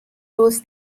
rules